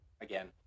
again